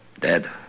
Dead